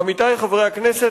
עמיתי חברי הכנסת,